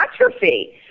atrophy